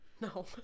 no